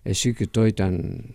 esi kitoj ten